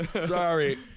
Sorry